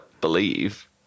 believe